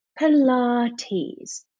Pilates